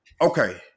okay